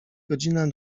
godzina